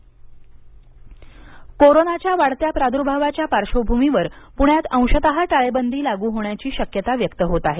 टाळेबंदी कोरोनाच्या वाढत्या प्रादूर्भावाच्या पार्श्वभूमीवर पुण्यात अंशतः टाळेबंदी लागू होण्याची शक्यता व्यक्त होत आहे